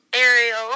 Ariel